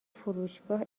فروشگاه